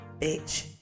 bitch